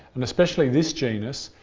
and especially this genus,